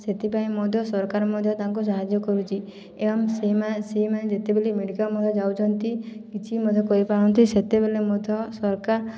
ସେଥି ପାଇଁ ମଧ୍ୟ ସରକାର ମଧ୍ୟ ତାଙ୍କୁ ସାହାଯ୍ୟ କରୁଛି ଏବଂ ସେମାନେ ଯେତେବେଳେ ମେଡ଼ିକାଲ ମଧ୍ୟ ଯାଉଛନ୍ତିକିଛି ମଧ୍ୟ କରିପାରନ୍ତି ସେତେବେଳେ ମଧ୍ୟ ସରକାର